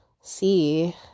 see